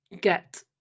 get